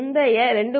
முந்தைய 2